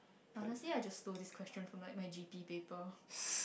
honestly I just stole this questions from like my G_P paper